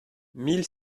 mille